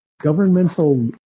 Governmental